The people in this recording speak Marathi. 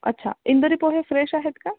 अच्छा इंदोरी पोहे फ्रेश आहेत का